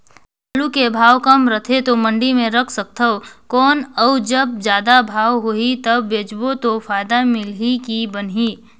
आलू के भाव कम रथे तो मंडी मे रख सकथव कौन अउ जब जादा भाव होही तब बेचबो तो फायदा मिलही की बनही?